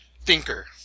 thinker